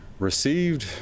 Received